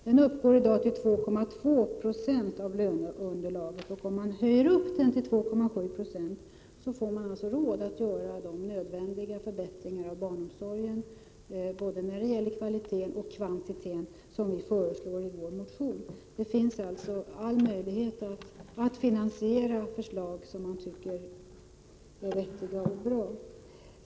Den uppgår i dag till 2,2 26 av löneunderlaget. Om man höjer den till 2,7 Yo får man råd att göra de nödvändiga förbättringar inom barnomsorgen i fråga om både kvalitet och kvantitet som vi föreslår i vår motion. Det finns alltså alla möjligheter att finansiera förslag som man tycker är vettiga och bra.